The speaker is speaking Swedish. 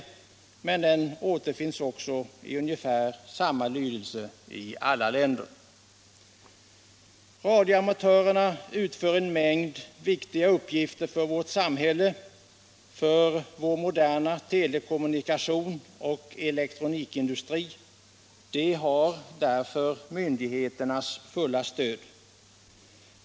Ungefär samma lydelse återfinns också i alla andra länders bestämmelser. Radioamatörerna utför en mängd viktiga uppgifter för vårt samhälle, för vår moderna telekommunikation och elektronikindustri. De har därför myndigheternas fulla stöd.